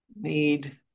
need